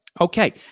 Okay